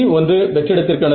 G1 வெற்றிடத்திற்கானது